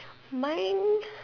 mine